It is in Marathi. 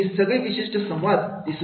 हे सगळे विशिष्ट संवादांमध्ये दिसून येते